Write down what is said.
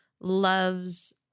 loves